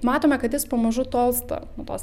matome kad jis pamažu tolsta nuo tos